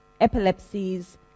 epilepsies